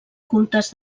cultes